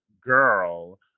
girl